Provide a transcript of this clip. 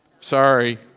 sorry